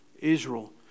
Israel